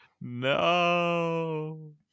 No